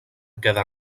queda